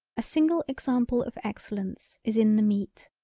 a single example of excellence is in the meat.